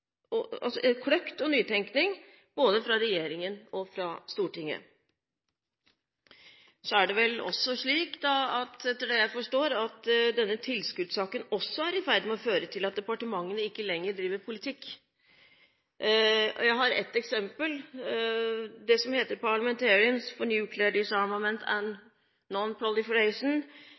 måtte altså forklares. Å ivareta norske interesser i nordområdene krever diplomati, med kløkt og nytenkning, både fra regjeringen og fra Stortinget. Etter det jeg forstår, er det slik at denne tilskuddssaken også er i ferd med å føre til at departementene ikke lenger driver politikk. Jeg har ett eksempel: Parliamentarians for Nuclear Non-proliferation and